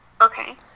okay